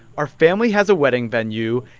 our family has a wedding venue,